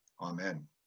Amen